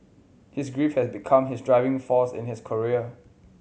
his grief had become his driving force in his career